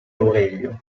aurelio